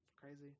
Crazy